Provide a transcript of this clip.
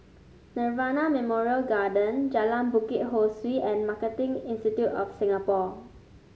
Nirvana Memorial Garden Jalan Bukit Ho Swee and Marketing Institute of Singapore